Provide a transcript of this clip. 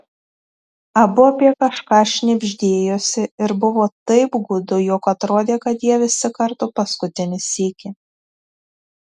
abu apie kažką šnibždėjosi ir buvo taip gūdu jog atrodė kad jie visi kartu paskutinį sykį